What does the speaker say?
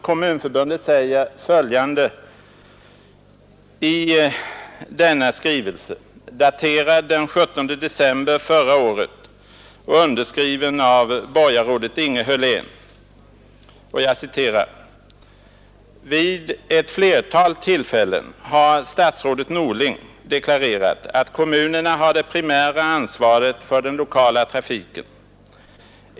Kommunförbundet säger följande i denna skrivelse, daterad den 17 december förra året och underskriven av borgarrådet Inge Hörlén: ”Vid ett flertal tillfällen har statsrådet Norling deklarerat att kommunerna har det primära ansvaret för den lokala trafiken.